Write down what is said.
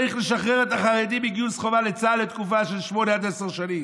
צריך לשחרר את החרדים מגיוס חובה לצה"ל לתקופה של שמונה עד עשר שנים,